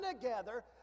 together